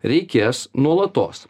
reikės nuolatos